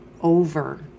over